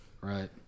right